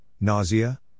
nausea